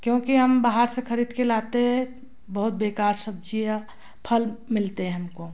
क्योंकि हम बाहर से खरीदकर लाते हैं बहुत बेकार सब्ज़ियाँ फल मिलते हैं हमको